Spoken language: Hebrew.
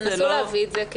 תנסו להביא את זה.